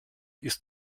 ist